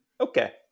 Okay